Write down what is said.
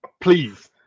Please